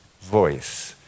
voice